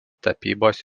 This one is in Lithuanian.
tapybos